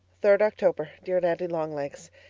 third october dear daddy-long-legs,